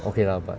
okay lah but